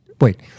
wait